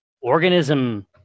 organism